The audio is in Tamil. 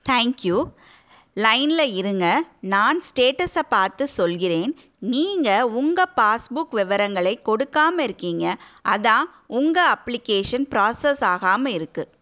தேங்க் யூ லைனில் இருங்க நான் ஸ்டேட்டஸை பார்த்து சொல்கிறேன் நீங்கள் உங்கள் பாஸ்புக் விவரங்களை கொடுக்காமல் இருக்கீங்க அதான் உங்கள் அப்ளிகேஷன் ப்ராசஸ் ஆகாமல் இருக்கு